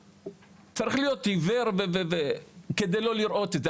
צריך להיות עיוור כדי לא לראות את זה.